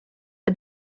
for